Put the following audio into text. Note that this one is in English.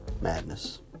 Madness